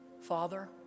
Father